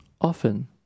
Often